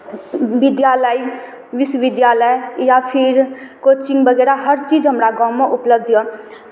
विद्यालय विश्व विद्यालय या फिर कोचिंग वगैरह हर चीज हमरा गाममे उपलब्ध यए